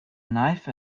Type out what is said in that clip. knife